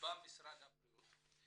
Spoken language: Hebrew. במשרד הבריאות.